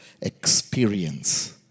experience